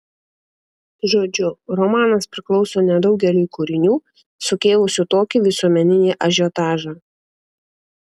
žodžiu romanas priklauso nedaugeliui kūrinių sukėlusių tokį visuomeninį ažiotažą